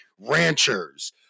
Ranchers